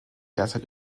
derzeit